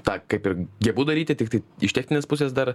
tą kaip ir gebu daryti tiktai iš techninės pusės dar